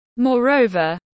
Moreover